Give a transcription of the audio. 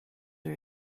are